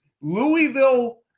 Louisville